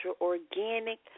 organic